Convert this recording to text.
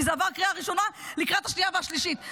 כי זה עבר קריאה ראשונה לקראת השנייה והשלישית,